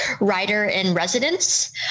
writer-in-residence